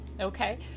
Okay